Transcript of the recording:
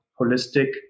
holistic